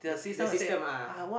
the system ah